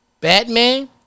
Batman